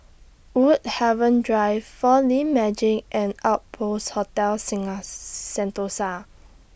Woodhaven Drive four D Magix and Outpost Hotel Sentosa